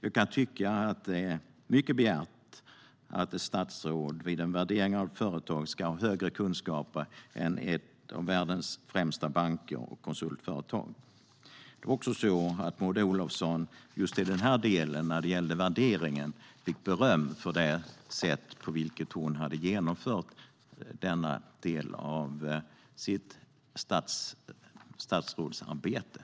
Jag kan tycka att det är mycket begärt att ett statsråd vid en värdering av ett företag ska ha större kunskaper än en av världens främsta banker, ett av världens främsta konsultföretag. Maud Olofsson fick också just i denna del, när det gäller värderingen, beröm för det sätt som hon hade genomfört denna del av sitt statsrådsarbete.